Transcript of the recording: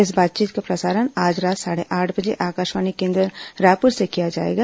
इस बातचीत का प्रसारण आज रात साढ़े आठ बजे आकाशवाणी केन्द्र रायपुर से किया जाएगा